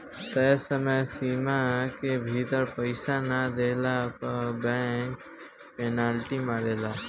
तय समय सीमा के भीतर पईसा ना देहला पअ बैंक पेनाल्टी मारेले